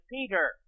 Peter